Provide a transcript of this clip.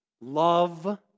Love